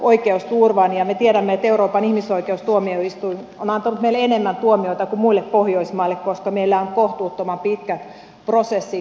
me tiedämme että euroopan ihmisoikeustuomioistuin on antanut meille enemmän tuomioita kuin muille pohjoismaille koska meillä on kohtuuttoman pitkät prosessit